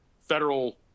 federal